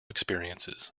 experiences